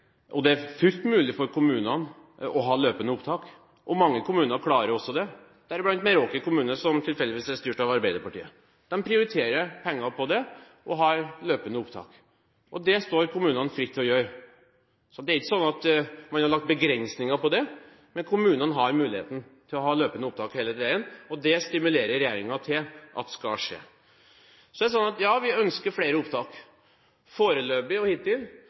og det er fullt mulig for kommunene å ha løpende opptak. Mange kommuner klarer det, bl.a. Meråker kommune, som tilfeldigvis er styrt av Arbeiderpartiet. De prioriterer å bruke penger på det og har løpende opptak. Det står kommunene fritt til å gjøre. Det er ikke slik at man har lagt begrensninger på det, men kommunene har mulighet til å ha løpende opptak hele veien, og regjeringen stimulerer til at det skal skje. Så er det slik at vi ønsker flere opptak. Hittil har man måttet konsentrere de store pengene om full barnehagedekning og